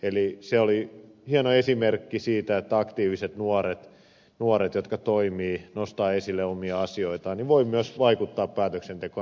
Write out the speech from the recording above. eli se oli hieno esimerkki siitä että aktiiviset nuoret jotka toimivat nostavat esille omia asioitaan voivat myös vaikuttaa päätöksentekoon